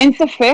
אין ספק,